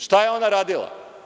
Šta je ona radila?